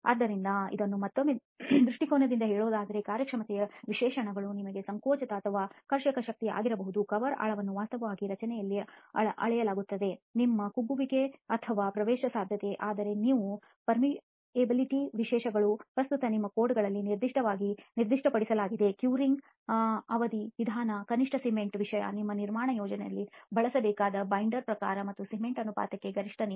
ಆದ್ದರಿಂದ ಇದನ್ನು ಮತ್ತೊಮ್ಮೆ ದೃಷ್ಟಿಕೋನದಿಂದ ಹೇಳುವುದಾದರೆ ಕಾರ್ಯಕ್ಷಮತೆಯ ವಿಶೇಷಣಗಳು ನಿಮ್ಮ ಸಂಕೋಚಕ ಅಥವಾ ಕರ್ಷಕ ಶಕ್ತಿ ಆಗಿರಬಹುದು ಕವರ್ ಆಳವನ್ನು ವಾಸ್ತವವಾಗಿ ರಚನೆಯಲ್ಲಿ ಅಳೆಯಲಾಗುತ್ತದೆ ನಿಮ್ಮ ಕುಗ್ಗುವಿಕೆ ಅಥವಾ ಪ್ರವೇಶಸಾಧ್ಯತೆ ಆದರೆ ನಿಮ್ಮ ಪ್ರಿಸ್ಕ್ರಿಪ್ಟಿವ್ ವಿಶೇಷಣಗಳು ಪ್ರಸ್ತುತ ನಿಮ್ಮ ಕೋಡ್ಗಳಲ್ಲಿ ನಿರ್ದಿಷ್ಟವಾಗಿ ನಿರ್ದಿಷ್ಟಪಡಿಸಲಾಗಿದೆ ಕ್ಯೂರಿಂಗ್ ಅವಧಿ ವಿಧಾನ ಕನಿಷ್ಠ ಸಿಮೆಂಟ್ ವಿಷಯ ನಿಮ್ಮ ನಿರ್ಮಾಣ ಯೋಜನೆಯಲ್ಲಿ ಬಳಸಬೇಕಾದ ಬೈಂಡರ್ ಪ್ರಕಾರ ಮತ್ತು ಸಿಮೆಂಟ್ ಅನುಪಾತಕ್ಕೆ ಗರಿಷ್ಠ ನೀರು